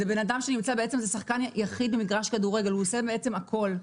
זה שחקן יחיד במגרש כדורגל, הוא עושה הכול.